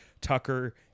Tucker